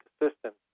assistance